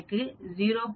எனக்கு 0